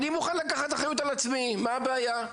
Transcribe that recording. אני מוכן לקחת אחריות על עצמי, מה הבעיה?